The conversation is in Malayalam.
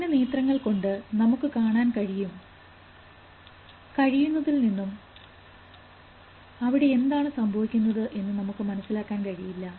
നഗ്നനേത്രങ്ങൾ കൊണ്ട് നമുക്ക് കാണാൻ കഴിയും കഴിയുന്നതിൽ നിന്നും അവിടെ എന്താണ് സംഭവിക്കുന്നത് എന്ന് നമുക്ക് മനസ്സിലാക്കാൻ കഴിയില്ല